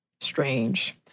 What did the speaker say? Strange